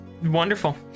Wonderful